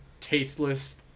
tasteless